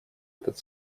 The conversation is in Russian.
этот